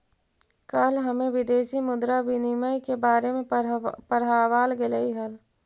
कल हमें विदेशी मुद्रा विनिमय के बारे में पढ़ावाल गेलई हल